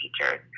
teachers